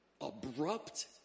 Abrupt